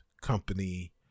company